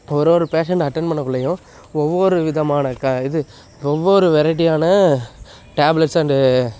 ஒரு ஒரு patient attend பண்ணக்குள்ளையும் ஒவ்வொரு விதமான க இது ஒவ்வொரு வெரைட்டியான டேப்லெட்ஸு அண்டு